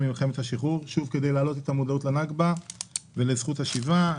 מלחמת השחרור כדי להעלות את המודעות לנכבה ולזכות השיבה,